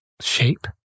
shape